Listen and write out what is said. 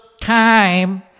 time